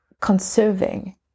conserving